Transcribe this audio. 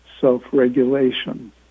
self-regulation